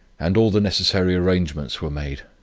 and all the necessary arrangements were made.